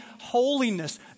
holiness